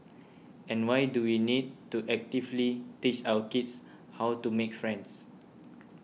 and why do we need to actively teach our kids how to make friends